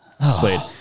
displayed